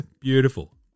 beautiful